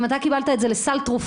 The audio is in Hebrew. אם אתה קיבלת את זה לסל תרופות,